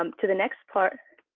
um to the next part.